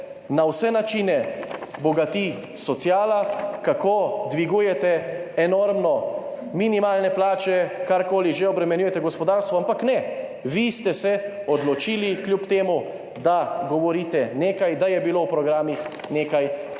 na vse načine bogati sociala, kako enormno dvigujete minimalne plače, karkoli že, obremenjujete gospodarstvo, ampak ne! Vi ste se odločili, kljub temu da govorite nekaj, da je bilo v programih nekaj, za [nekaj]